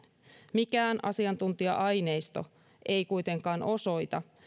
mikään asiantuntija aineisto ei kuitenkaan osoita